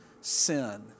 sin